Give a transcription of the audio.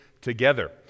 together